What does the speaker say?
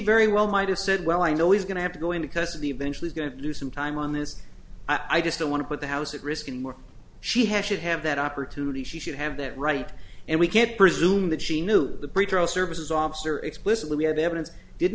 very well might have said well i know he's going to have to go in because of the eventually going to do some time on this i just don't want to put the house at risk in more she has should have that opportunity she should have that right and we can't presume that she knew that the pretrial services officer explicitly we have evidence did